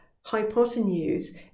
hypotenuse